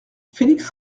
félix